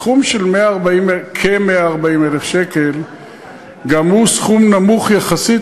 הסכום של כ-140,000 שקל גם הוא סכום נמוך יחסית.